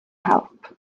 help